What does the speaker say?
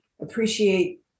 appreciate